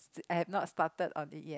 I have not started on it yet